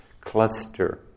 cluster